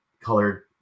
colored